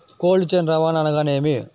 Cold chain రవాణా అనగా నేమి?